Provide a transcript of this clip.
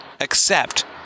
accept